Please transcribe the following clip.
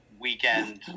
weekend